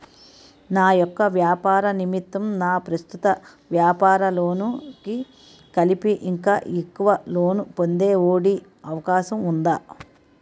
నా యెక్క వ్యాపార నిమిత్తం నా ప్రస్తుత వ్యాపార లోన్ కి కలిపి ఇంకా ఎక్కువ లోన్ పొందే ఒ.డి అవకాశం ఉందా?